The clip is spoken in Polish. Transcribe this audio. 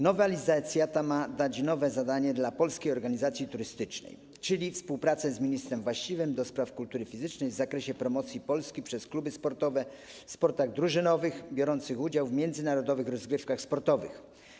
Nowelizacja ta ma dać nowe zadanie dla Polskiej Organizacji Turystycznej, polegające na współpracy z ministrem właściwym do spraw kultury fizycznej w zakresie promocji Polski przez kluby sportowe w sportach drużynowych, biorące udział w międzynarodowych rozgrywkach sportowych.